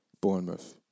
Bournemouth